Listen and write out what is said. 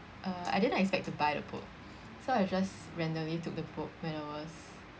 uh I didn't expect to buy the book so I just randomly took the book when I was